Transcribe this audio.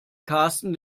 karsten